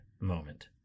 moment